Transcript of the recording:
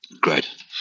Great